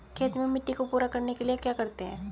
खेत में मिट्टी को पूरा करने के लिए क्या करते हैं?